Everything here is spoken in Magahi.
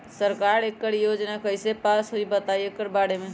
सरकार एकड़ योजना कईसे पास होई बताई एकर बारे मे?